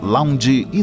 Lounge